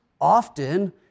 often